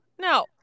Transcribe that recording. No